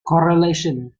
correlation